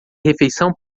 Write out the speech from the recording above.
refeição